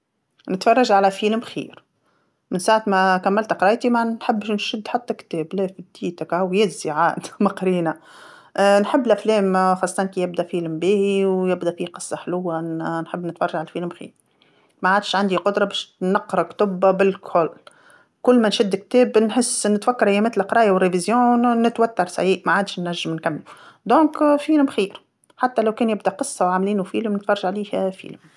نتفرج على فيلم خير، من ساعة ما كملت قرايتي ما نحبش نشد حتى كتاب ما قرينا، نحب الافلام خاصة كي يبدا فيلم باهي ويبدا في قصه حلوه ن- نحب نتفرج عالفيلم خير، ما عادش عندي قدرة باش نقرا كتوبا بالكل، كل ما نشد كتاب نحس نتفكر يامات القرايه والمراجعة ن- نتوتر خلاص ما عادش نجم نكمل، إذن فيلم خير حتى لو كان يبدا قصه وعاملينو فيليم نتفرج عليه فيلم.